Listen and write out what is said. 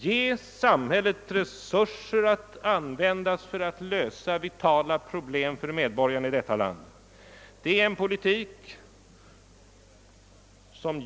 Ge samhället resurser att använda för lösningen av medborgarnas vitala problem!